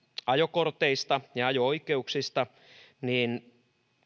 ajokorteista ja ajo oikeuksista niin